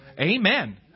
Amen